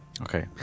Okay